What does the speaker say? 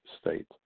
state